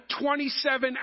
27